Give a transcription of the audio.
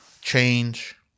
change